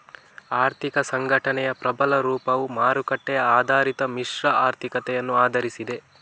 ಆರ್ಥಿಕ ಸಂಘಟನೆಯ ಪ್ರಬಲ ರೂಪವು ಮಾರುಕಟ್ಟೆ ಆಧಾರಿತ ಮಿಶ್ರ ಆರ್ಥಿಕತೆಗಳನ್ನು ಆಧರಿಸಿದೆ